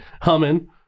humming